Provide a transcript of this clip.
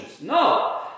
no